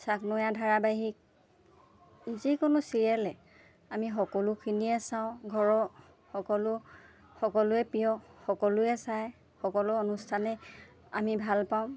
চাকনৈয়া ধাৰাবাহিক যিকোনো চিৰিয়েলে আমি সকলোখিনিয়ে চাওঁ ঘৰৰ সকলো সকলোৱে প্ৰিয় সকলোৱে চাই সকলো অনুষ্ঠানে আমি ভাল পাওঁ